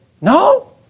No